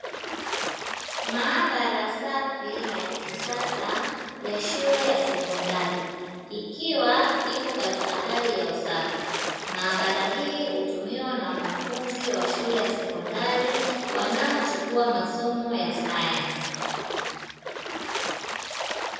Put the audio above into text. Maabara safi na ya kisasa ya shule ya sekondari, ikiwa iko katika hali ya usafi, maabara hii hutumiwa na wanafunzi wa shule ya sekondari wanaochukua masomo ya sayansi.